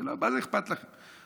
מה זה אכפת לכם?